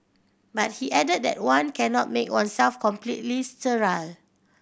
but he added that one cannot make oneself completely sterile